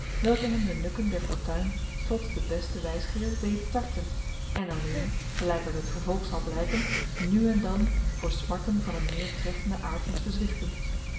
welke hem de nukken der fortuin trots den besten wijsgeer deden tarten en alleen gelijk uit het vervolg zal blijken nu en dan voor smarten van een meer treffenden aard moesten zwichten